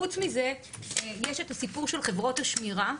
חוץ מזה, יש את הסיפור של חברות השמירה.